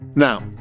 Now